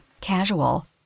casual